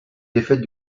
défaite